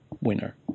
winner